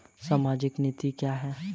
सामाजिक नीतियाँ क्या हैं?